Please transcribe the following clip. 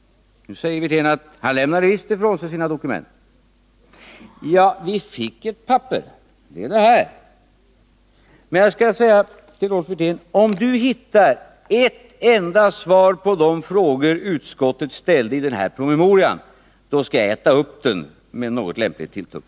Nu säger Rolf Wirtén att han visst lämnade ifrån sig sina dokument. Ja, vi fick ett papper — jag har det här — men om Rolf Wirtén hittar ett enda svar på de frågor utskottet ställde i den promemorian, då skall jag äta upp den med något lämpligt tilltugg.